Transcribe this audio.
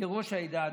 כראש העדה הדתית.